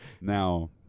Now